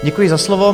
Děkuji za slovo.